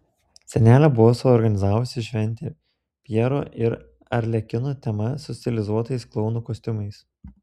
senelė buvo suorganizavusi šventę pjero ir arlekino tema su stilizuotais klounų kostiumais